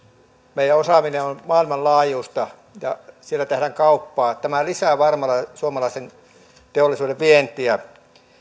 meidän osaaminen on maailmanlaajuista ja sillä tehdään kauppaa tämä lisää varmana suomalaisen teollisuuden vientiä